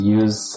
use